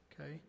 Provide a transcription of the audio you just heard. okay